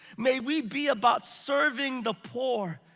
may we be about serving the poor.